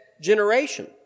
generation